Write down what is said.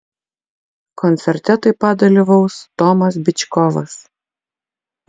koncerte taip pat dalyvaus tomas byčkovas